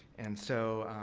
and, so,